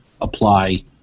apply